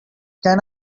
can